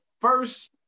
first